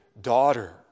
daughter